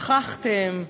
שכחתם תורה.